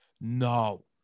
no